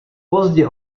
pozdě